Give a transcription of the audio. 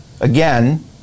again